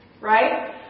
right